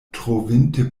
trovinte